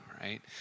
Right